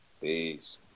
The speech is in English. Peace